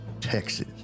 Texas